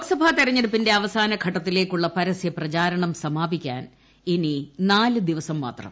ലോക്സഭാ തെരഞ്ഞെടുപ്പിന്റെ അവസാനഘട്ടത്തിലേക്കുള്ള പ്രസ്യ പ്രചാരണം സമാപിക്കാൻ ഇനി നാലു ദിവസം മാത്രം